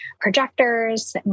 projectors